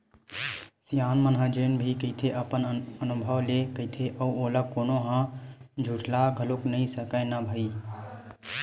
सियान मन ह जेन भी कहिथे अपन अनभव ले कहिथे अउ ओला कोनो ह झुठला घलोक नइ सकय न भई